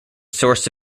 source